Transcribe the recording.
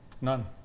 none